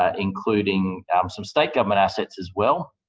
ah including um some state government assets as well,